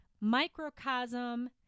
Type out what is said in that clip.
microcosm